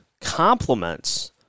complements